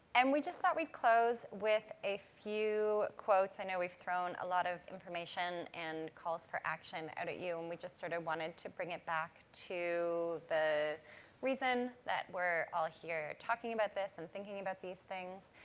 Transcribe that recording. and we just thought we'd close with a few quotes. i know we've thrown a lot of information and calls-for-action out at you, and we just, sort of, wanted to bring it back to the reason that we're all here talking about this and thinking about these things.